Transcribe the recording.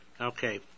okay